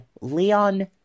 Leon